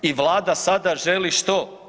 I Vlada sada želi što?